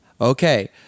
Okay